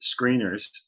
screeners